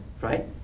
right